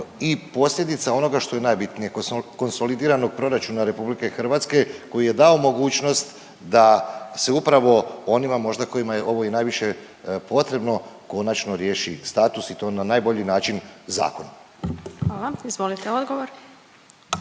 i posljedica onoga što je najbitnije konsolidiranog proračuna Republike Hrvatske koji je dao mogućnost da se upravo onima možda kojima je ovo i najviše potrebno konačno riješi status i to na najbolji način zakonom. **Glasovac, Sabina (SDP)**